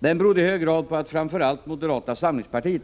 Den berodde i hög grad på att framför allt moderata samlingspartiet